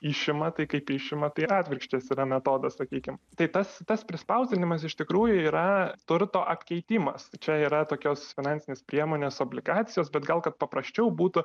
išima tai kaip išima tai atvirkščias yra metodas sakykim tai tas tas prispausdinimas iš tikrųjų yra turto apkeitimas čia yra tokios finansinės priemonės obligacijos bet gal kad paprasčiau būtų